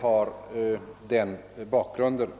har en sådan bakgrund.